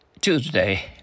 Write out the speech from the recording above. Tuesday